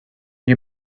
you